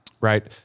right